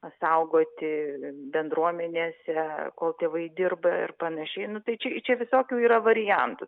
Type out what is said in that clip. pasaugoti bendruomenėse kol tėvai dirba ir panašiai nu tai čia čia visokių yra variantų